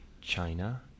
China